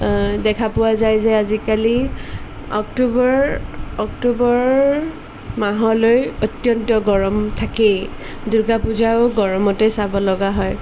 দেখা পোৱা যায় যে আজিকালি অক্টোবৰ অক্টোবৰ মাহলৈ অত্যন্ত গৰম থাকেই দূৰ্গা পূজাও গৰমতে চাবলগা হয়